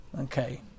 Okay